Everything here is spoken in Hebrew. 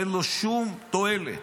אין לו שום תועלת.